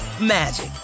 magic